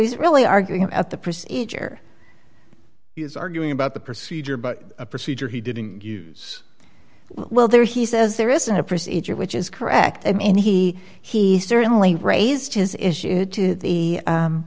it's really arguing about the procedure he is arguing about the procedure but a procedure he didn't use while there he says there isn't a procedure which is correct and he he certainly raised his issue to the